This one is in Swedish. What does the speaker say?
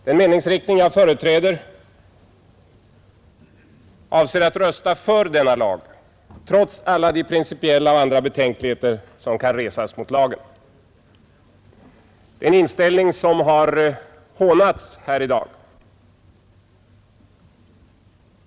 Den meningsriktning jag företräder avser att rösta för denna lag, trots alla de principiella och andra betänkligheter som kan resas mot lagen. Det är en inställning som har hånats här i dag.